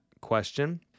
question